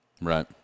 Right